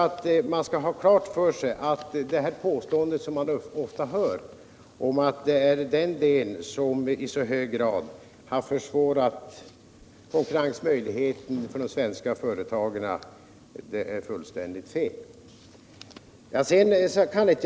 Det ofta framförda påståendet att det är denna del av ekonomin, som i hög grad har försvårat konkurrensmöjligheterna för de svenska företagen, är alltså fullständigt felaktigt.